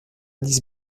lise